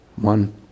one